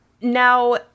Now